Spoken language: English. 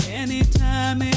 anytime